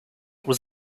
was